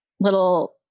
little